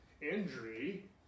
injury